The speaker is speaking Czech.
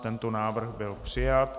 Tento návrh byl přijat.